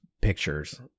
pictures